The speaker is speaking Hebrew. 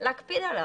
להקפיד עליו.